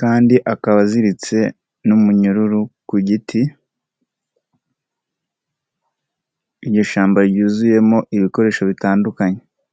kandi akaba aziritse n'umunyururu ku giti, iryo shyamba ryuzuyemo ibikoresho bitandukanye.